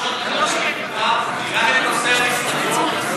אבל משמרת לילה צריך גם בחוק שעות עבודה ומנוחה וגם את נושא ההסתדרות,